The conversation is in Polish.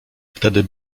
wtedy